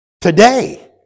Today